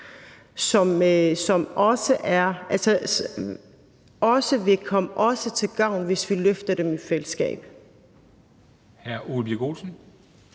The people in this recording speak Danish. det også vil komme os til gavn, hvis vi løfter dem i fællesskab.